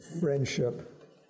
friendship